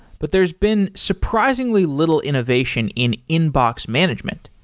but there's been surprisingly little innovation in inbox management.